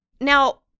Now